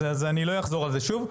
אז אני לא אחזור על זה שוב.